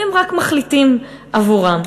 הם רק מחליטים עבורם.